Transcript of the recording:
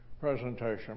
presentation